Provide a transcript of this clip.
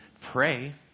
pray